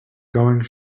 going